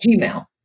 Gmail